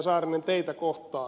saarinen teitä kohtaan